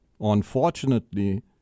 unfortunately